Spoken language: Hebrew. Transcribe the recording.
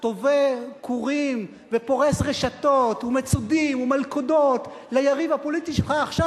טווה קורים ופורס רשתות ומצודים ומלכודות ליריב הפוליטי שלך עכשיו,